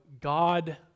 God